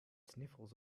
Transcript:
sniffles